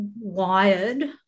wired